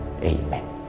Amen